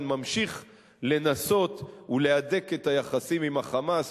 ממשיך לנסות ולהדק את היחסים עם ה"חמאס",